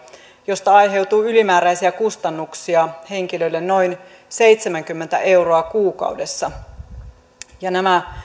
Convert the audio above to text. josta aiheutuu ylimääräisiä kustannuksia henkilölle noin seitsemänkymmentä euroa kuukaudessa nämä